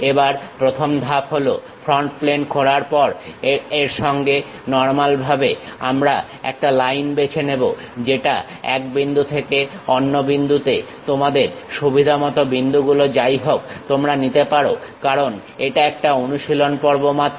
এবার প্রথম ধাপ হলো ফ্রন্ট প্লেন খোলার পরে এর সঙ্গে নর্মাল ভাবে আমরা একটা লাইন বেছে নেব যেটা এক বিন্দু থেকে অন্য বিন্দুতে তোমাদের সুবিধামতো বিন্দুগুলো যাই হোক তোমরা নিতে পারো কারণ এটা একটা অনুশীলন পর্ব মাত্র